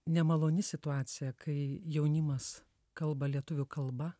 nemaloni situacija kai jaunimas kalba lietuvių kalba